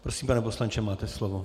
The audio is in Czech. Prosím, pane poslanče, máte slovo.